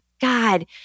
God